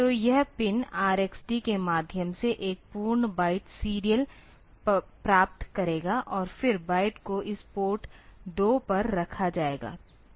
तो यह pin RxD के माध्यम से एक पूर्ण बाइट सीरियल प्राप्त करेगा और फिर बाइट को इस पोर्ट 2 पर रखा जाएगा